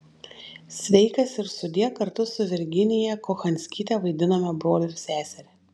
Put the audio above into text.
sveikas ir sudie kartu su virginiją kochanskyte vaidinome brolį ir seserį